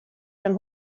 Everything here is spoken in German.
dann